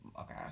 okay